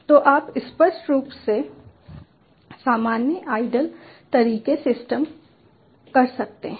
तो आप स्पष्ट रूप से सामान्य आइडल तरीके सिस्टम कर सकते हैं